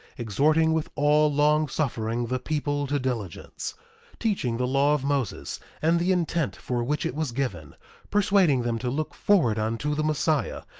exhorting with all long-suffering the people to diligence teaching the law of moses, and the intent for which it was given persuading them to look forward unto the messiah,